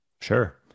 Sure